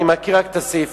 אני מקריא רק את הסעיפים.